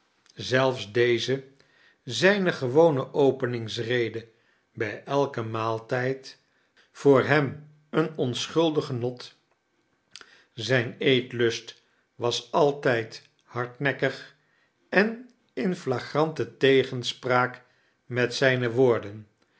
zelfs deze zijne gewone openingsrede bij elken maaltijd voor hem een onschuldig genot zijn eetlust was altijd hardnekkig en in flagrante tegenspraak met zijne woorden